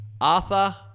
Arthur